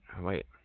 wait